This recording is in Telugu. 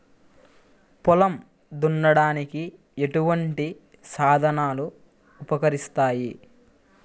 పొలం దున్నడానికి ఎటువంటి సాధనాలు ఉపకరిస్తాయి?